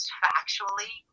factually